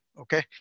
okay